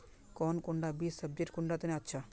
कौन कुंडा बीस सब्जिर कुंडा तने अच्छा?